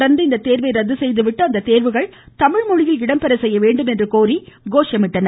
தொடா்ந்து இத்தோ்வை ரத்து செய்துவிட்டு அத்தோ்வுகள் தமிழ் மொழியில் இடம்பெற செய்ய வேண்டும் என்று கோரி கோஷமிட்டனர்